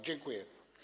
Dziękuję.